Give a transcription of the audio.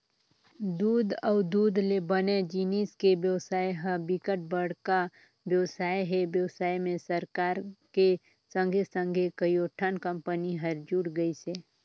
दूद अउ दूद ले बने जिनिस के बेवसाय ह बिकट बड़का बेवसाय हे, बेवसाय में सरकार के संघे संघे कयोठन कंपनी हर जुड़ गइसे